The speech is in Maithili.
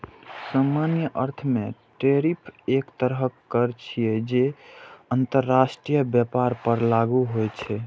सामान्य अर्थ मे टैरिफ एक तरहक कर छियै, जे अंतरराष्ट्रीय व्यापार पर लागू होइ छै